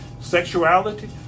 Sexuality